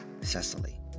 Cecily